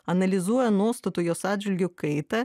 analizuoja nuostatų jos atžvilgiu kaitą